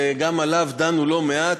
וגם עליו דנו לא מעט,